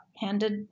handed